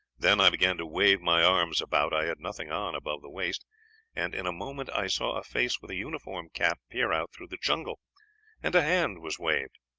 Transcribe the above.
then i began to wave my arms about i had nothing on above the waist and in a moment i saw a face with a uniform cap peer out through the jungle and a hand was waved.